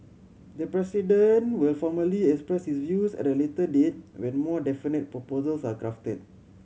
the President will formally express his views at a later date when more definite proposals are crafted